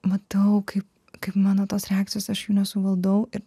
matau kaip kaip mano tos reakcijos aš jų nesuvaldau ir